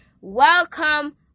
Welcome